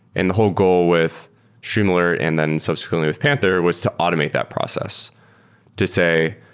and the whole goal with streamalert and then subsequently with panther was to automate that process to say,